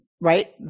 right